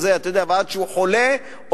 עד שהוא חולה,